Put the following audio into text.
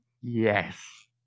yes